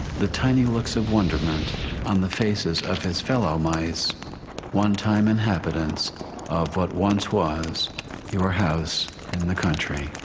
the tiny looks of wonderment on the faces of his fellow mice one-time inhabitants of what once was your house in and the country?